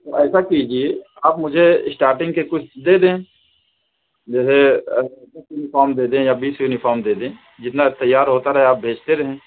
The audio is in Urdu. ایسا کیجئے آپ مجھے اسٹارٹنگ کے کچھ دے دیں جیسے یونیفارم دے دیں یا بیس یونیفارم دے دیں جتنا تیار ہوتا رہے آپ بھیجتے رہیں